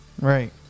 Right